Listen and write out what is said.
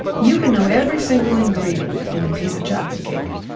you can know every single ingredient in a piece of chocolate cake,